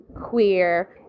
queer